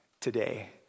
today